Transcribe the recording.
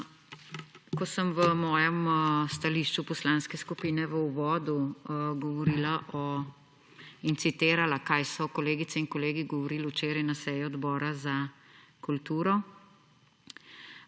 ko sem v mojem stališču poslanske skupine v uvodu govorila in citirala, kaj so kolegice in kolegi govorili včeraj na seji Odbora za kulturo,